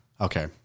okay